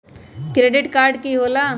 Credit card की होला?